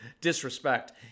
disrespect